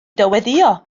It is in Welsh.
dyweddïo